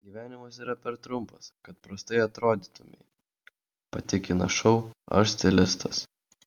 gyvenimas yra per trumpas kad prastai atrodytumei patikina šou aš stilistas